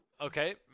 okay